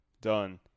Done